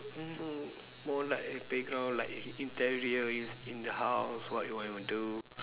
mm mm more like a playground like if if that real in in the house what you want to do